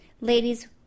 ladies